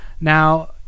Now